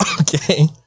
Okay